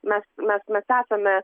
mes mes mes esame